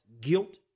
guilt